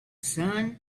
sun